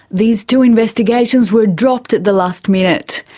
these two investigations were dropped at the last minute.